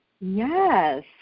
Yes